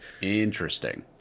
Interesting